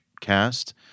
cast